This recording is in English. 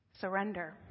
Surrender